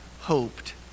hoped